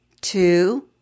two